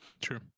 True